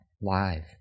Live